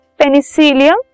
penicillium